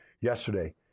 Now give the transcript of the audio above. yesterday